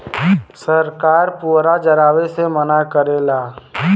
सरकार पुअरा जरावे से मना करेला